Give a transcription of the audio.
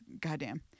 Goddamn